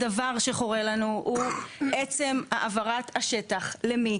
הדבר שחורה לנו הוא עצם העברת השטח למי,